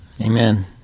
Amen